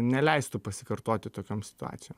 neleistų pasikartoti tokiom situacijom